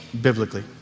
biblically